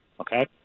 okay